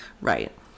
Right